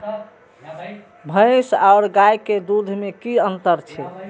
भैस और गाय के दूध में कि अंतर छै?